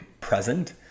present